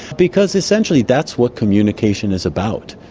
because essentially that's what communication is about,